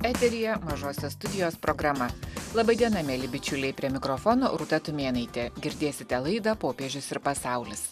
eteryje mažosios studijos programa laba diena mieli bičiuliai prie mikrofono rūta tumėnaitė girdėsite laida popiežius ir pasaulis